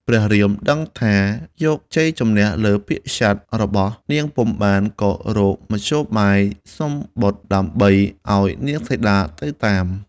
ព្រះរាមដឹងថា យកជ័យជម្នះលើពាក្យសត្យរបស់នាងពុំបាន ក៏រកមធ្យោបាយសុំបុត្រដើម្បីឱ្យនាងសីតាទៅតាម។